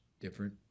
different